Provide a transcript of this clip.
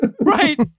Right